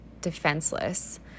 defenseless